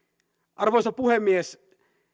arvoisa puhemies